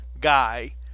guy